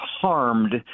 harmed